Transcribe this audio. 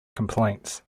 complaints